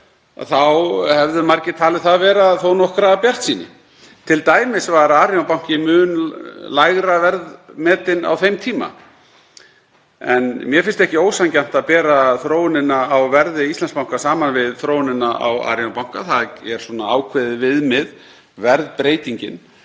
þá hefðu margir talið það vera þó nokkra bjartsýni, t.d. var Arion banki mun lægra verðmetinn á þeim tíma. En mér finnst ekki ósanngjarnt að bera þróunina á verði Íslandsbanka saman við þróunina á Arion banka. Það er ákveðið viðmið, verðbreytingin.